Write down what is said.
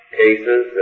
cases